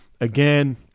Again